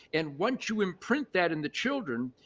and once you imprint that in the children,